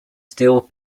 steel